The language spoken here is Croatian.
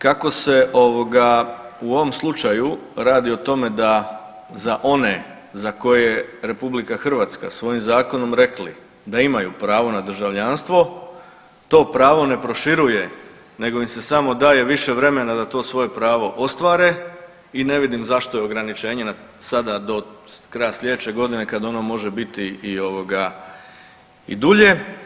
Kako se ovoga u ovom slučaju radi o tome da za one za koje je RH svojim zakonom rekli da imaju pravo na državljanstvo to pravo ne proširuje nego im se samo daje više vremena da to svoje pravo ostvare i ne vidim zašto je ograničenje sada do kraja slijedeće godine kad ono može biti i ovoga i dulje.